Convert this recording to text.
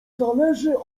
zależy